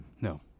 No